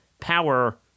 Power